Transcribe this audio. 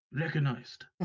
recognized